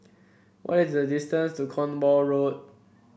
what is the distance to Cornwall Road